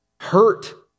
hurt